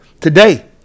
today